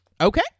Okay